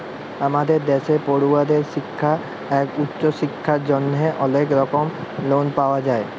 আমাদের দ্যাশে পড়ুয়াদের শিক্খা আর উঁচু শিক্খার জ্যনহে অলেক রকম লন পাওয়া যায়